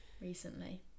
Recently